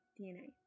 DNA